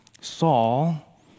Saul